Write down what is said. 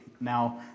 Now